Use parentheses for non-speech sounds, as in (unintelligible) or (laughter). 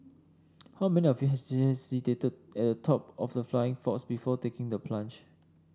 how many of you (unintelligible) hesitated at the top of the flying fox before taking the plunge